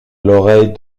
l’oreille